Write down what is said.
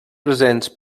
presents